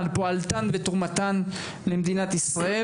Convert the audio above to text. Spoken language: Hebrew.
על פועלם ותרומתם למדינת ישראל.